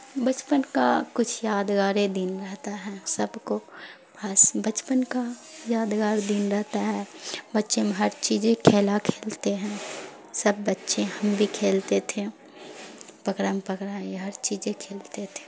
بچپن کا کچھ یادگار دن رہتا ہے سب کو بس بچپن کا یادگار دن رہتا ہے بچے میں ہر چیز کھیلا کھیلتے ہیں سب بچے ہم بھی کھیلتے تھے پکڑم پکڑائی ہر چیز کھیلتے تھے